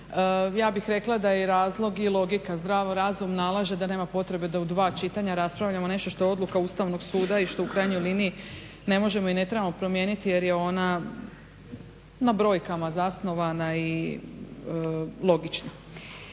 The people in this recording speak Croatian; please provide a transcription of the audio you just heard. ja bih rekla da je razlog i logika zdrav razum nalaže da nema potrebe da u dva čitanja raspravljamo nešto što je odluka Ustavnog suda i što u krajnjoj liniji ne možemo i ne trebamo promijeniti jer je ona na brojkama zasnovana i logična.